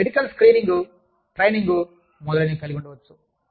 మీరు medical screening training మొదలైనవి కలిగి ఉండవచ్చు